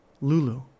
Lulu